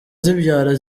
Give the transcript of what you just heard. zibyara